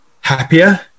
happier